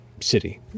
city